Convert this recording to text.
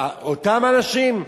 אותם אנשים,